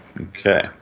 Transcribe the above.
Okay